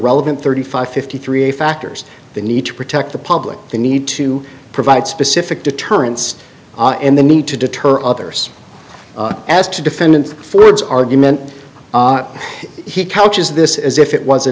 relevant thirty five fifty three factors the need to protect the public the need to provide specific deterrence and the need to deter others as to defendant ford's argument he couch is this is if it was a